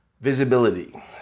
visibility